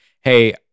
hey